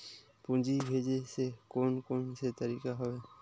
पूंजी भेजे के कोन कोन से तरीका हवय?